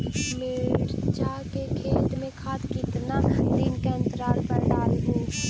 मिरचा के खेत मे खाद कितना दीन के अनतराल पर डालेबु?